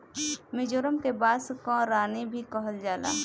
मिजोरम के बांस कअ रानी भी कहल जाला